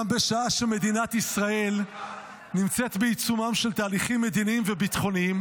גם בשעה שמדינת ישראל נמצאת בעיצומם של תהליכים מדיניים וביטחוניים,